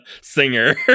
singer